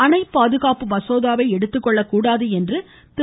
அணைப்பாதுகாப்பு மசோதாவை எடுத்துக்கொள்ளக்கூடாது என்று திரு